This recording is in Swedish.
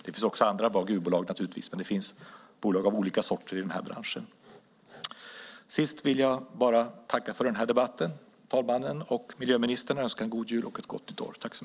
Det finns naturligtvis andra gruvbolag, men det finns bolag av olika sorter i den här branschen. Sist vill jag bara tacka talmannen och miljöministern för debatten och önska en god jul och ett gott nytt år.